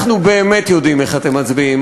אנחנו באמת יודעים איך אתם מצביעים.